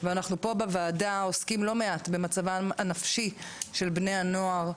אנחנו פה בוועדה עוסקים לא מעט במצבם הנפשי של בני הנוער,